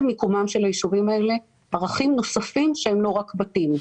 מיקומם של היישובים האלה ערכים נוספים שהם לא רק בתים.